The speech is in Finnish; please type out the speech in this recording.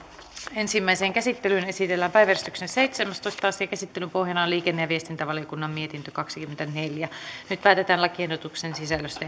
ensimmäiseen käsittelyyn esitellään päiväjärjestyksen seitsemästoista asia käsittelyn pohjana on liikenne ja viestintävaliokunnan mietintö kaksikymmentäneljä nyt päätetään lakiehdotuksen sisällöstä